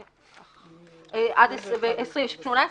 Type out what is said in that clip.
אני נמנע.